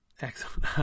Excellent